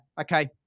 okay